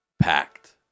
packed